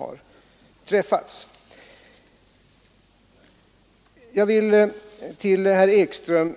Beträffande finansieringen vill jag säga till herr Ekström